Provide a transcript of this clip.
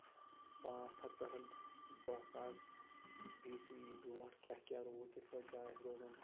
پانٛژھ ہَتھ پٮ۪ٹھ دہ ساس بی سی برونٛٹھ کیاہ کیاہ روٗد کِتھ پٲٹھۍ کیاہ ٲسۍ روزان